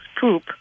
poop